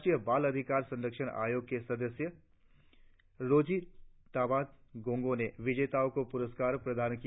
राष्ट्रीय बाल अधिकार संरक्षण आयोग की सदस्य रोजी तावा गोंगो ने विजेताओं को पुरस्कार प्रदान किया